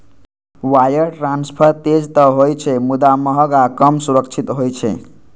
wire transfer तेज तं होइ छै, मुदा महग आ कम सुरक्षित होइ छै